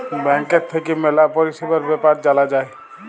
ব্যাংকের থাক্যে ম্যালা পরিষেবার বেপার জালা যায়